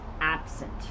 absent